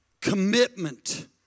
commitment